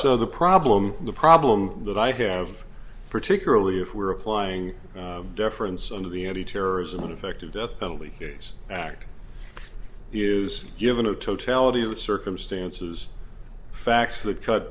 the problem the problem that i have particularly if we're applying deference under the antiterrorism ineffective death penalty case act is given a totality of the circumstances facts that cut